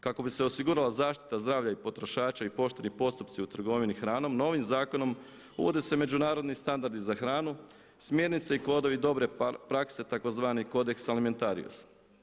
Kako bi se osigurala zaštita zdravlja i potrošača i pooštrili postupci u trgovini hranom novim zakonom uvode se međunarodni standardi za hranu, smjernice i kodovi dobre prakse tzv. kodeks alimentarius.